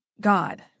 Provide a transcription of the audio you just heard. God